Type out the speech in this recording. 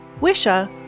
Wisha